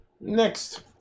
Next